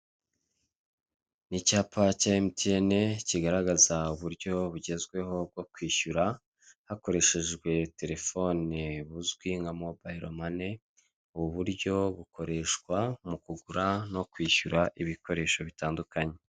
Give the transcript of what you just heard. Ni icyapa cya emutiyene kigaragaza uburyo bugezweho bwo kwishyura hakoreshejwe telefone buzwi nka mobayiro mani, ubu uburyo bukoreshwa mu kugura no kwishyura ibikoresho bitandukanye.